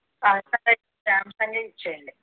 అలా అయితే శాంసాంగే ఇచ్చేయండి